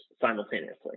simultaneously